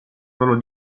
solo